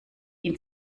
ihn